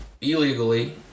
illegally